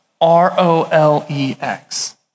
R-O-L-E-X